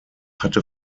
hatte